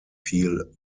viel